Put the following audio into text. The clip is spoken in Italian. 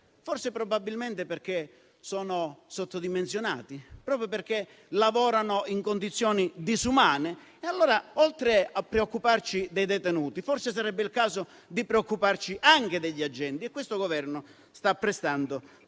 perché? Probabilmente sono sottodimensionati, proprio perché lavorano in condizioni disumane e allora, oltre a preoccuparci dei detenuti, forse sarebbe il caso di preoccuparci anche degli agenti, e questo Governo sta prestando